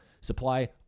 supply